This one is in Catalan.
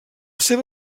seva